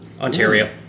Ontario